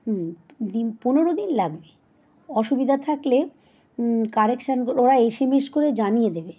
হুম দিন পনেরো দিন লাগবে অসুবিধা থাকলে কারেকশান ওরা এসএমএস করে জানিয়ে দেবে